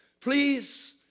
Please